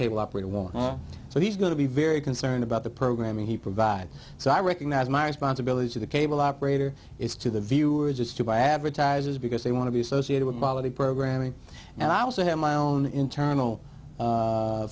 cable operator won't know so he's going to be very concerned about the programming he provides so i recognize my responsibility to the cable operator is to the viewers just to buy advertisers because they want to be associated with body programming and i also have my own internal